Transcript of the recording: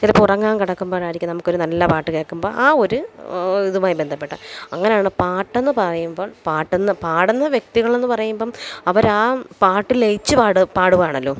ചിലപ്പോൾ ഉറങ്ങാൻ കിടക്കുമ്പോഴായിരിക്കും നമുക്കൊരു നല്ല പാട്ട് കേൾക്കുമ്പം ആ ഒരു ഇതുമായി ബന്ധപ്പെട്ട് അങ്ങനാണ് പെട്ടന്ന് പറയുമ്പോൾ പാട്ടെന്ന് പാടുന്ന വ്യക്തികളെന്നു പറയുമ്പം അവരാ പാട്ട് ലയിച്ച് പാടുക പാടുവാണല്ലൊ